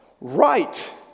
Right